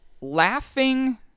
Laughing